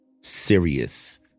serious